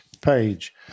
page